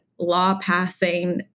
law-passing